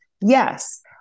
Yes